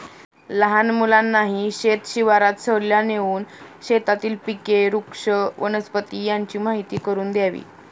लहान मुलांनाही शेत शिवारात सहलीला नेऊन शेतातील पिके, वृक्ष, वनस्पती यांची माहीती करून द्यावी